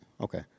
okay